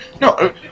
No